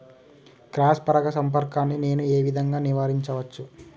Cross పరాగ సంపర్కాన్ని నేను ఏ విధంగా నివారించచ్చు?